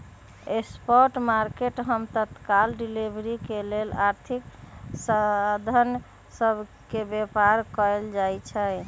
spot market हम तत्काल delivery के लेल आर्थिक साधन सभ के व्यापार कयल जाइ छइ